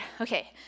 okay